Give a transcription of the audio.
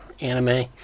anime